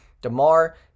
DeMar